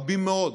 רבים מאוד,